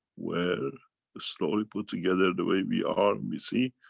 were ah slowly put together the way we are and we see,